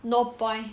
no point